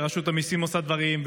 ורשות המיסים עושה דברים,